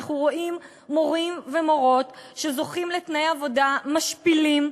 אנחנו רואים מורים ומורות שזוכים לתנאי עבודה משפילים,